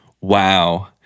wow